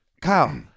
Kyle